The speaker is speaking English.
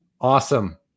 Awesome